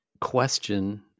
question